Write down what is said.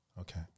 Okay